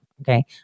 Okay